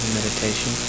meditation